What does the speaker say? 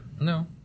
No